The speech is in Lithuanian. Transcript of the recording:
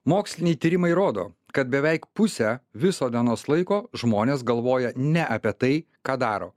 moksliniai tyrimai rodo kad beveik pusę viso dienos laiko žmonės galvoja ne apie tai ką daro